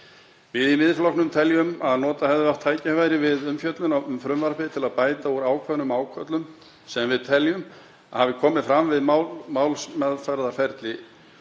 Við í Miðflokknum teljum að nota hefði átt tækifærið við umfjöllun um frumvarpið til að bæta úr ákveðnum ágöllum sem við teljum að hafi komið fram við málsmeðferðarferli